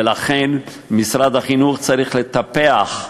ולכן משרד החינוך צריך לטפח,